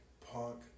punk